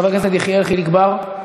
חבר הכנסת יחיאל חיליק בר,